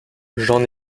j’en